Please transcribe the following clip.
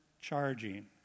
charging